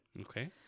okay